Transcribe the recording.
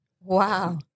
Wow